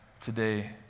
today